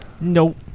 Nope